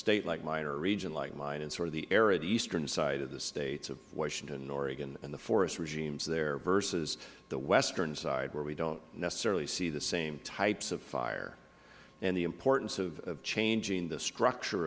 state like mine or a region like mine in sort of the arid eastern sides of the states of washington and oregon and the forest regimes there versus the western side where we don't necessarily see the same types of fire and the importance of changing the structure